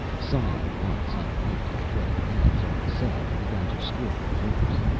sighing once he wiped his bloody hands on the sand and began to strip the corpse.